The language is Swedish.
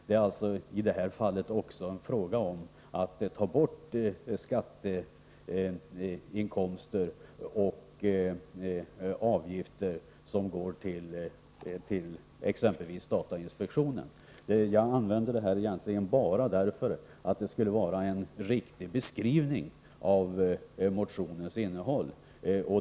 Det är också, i det här fallet, fråga om att ta bort skatteinkomster och avgifter som går till exempelvis datainspektionen. Jag tar upp detta bara för att man skall få en riktig beskrivning av motionens innehåll.